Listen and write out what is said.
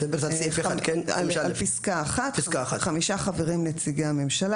על פסקה (1) (1)חמישה חברים נציגי הממשלה